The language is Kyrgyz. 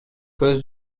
көз